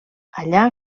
allà